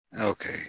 Okay